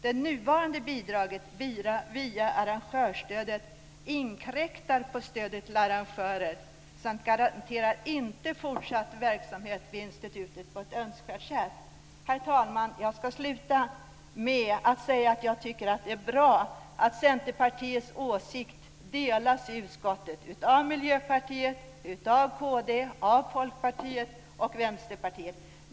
Det nuvarande bidraget via arrangörsstödet inkräktar på stödet till arrangörer samt garanterar inte fortsatt verksamhet vid institutet på ett önskvärt sätt. Herr talmal! Jag ska sluta med att säga att jag tycker att det bra att Centerpartiets åsikt delas i utskottet av Miljöpartiet, Kristdemokraterna, Folkpartiet och Vänsterpartiet.